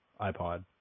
iPod